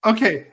Okay